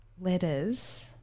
letters